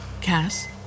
Cass